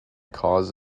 cause